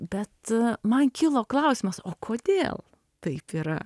bet man kilo klausimas o kodėl taip yra